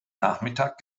nachmittag